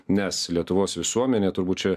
nes lietuvos visuomenė turbūt čia